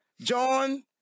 John